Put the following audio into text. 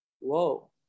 Whoa